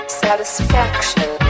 satisfaction